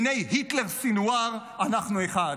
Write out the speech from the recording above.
בעיני היטלר-סנוואר, אנחנו אחד.